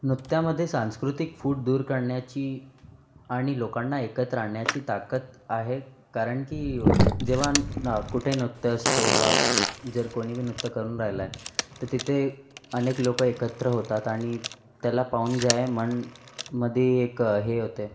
नृत्यामध्ये सांस्कृतिक फूट दूर करण्याची आणि लोकांना एकत्र आणण्याची ताकद आहे कारण की जेव्हा कुठे नृत्य असतो वा जर कोणी नृत्य करून राहिला आहे तर तिथे अनेक लोक एकत्र होतात आणि त्याला पाहून जे आहे मनमध्ये एक हे होते